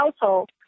household